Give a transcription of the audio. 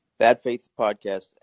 Badfaithpodcast